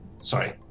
sorry